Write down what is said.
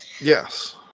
Yes